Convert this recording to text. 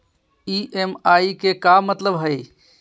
EMI के का मतलब हई?